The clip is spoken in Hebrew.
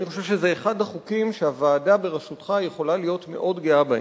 אני חושב שזה אחד החוקים שהוועדה בראשותך יכולה להיות מאוד גאה בהם.